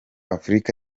afurika